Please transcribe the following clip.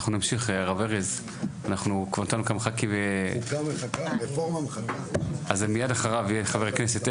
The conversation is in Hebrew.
אז מיד אחריו נהיה עם חבר הכנסת ארז.